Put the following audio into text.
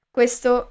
Questo